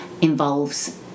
involves